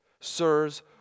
Sirs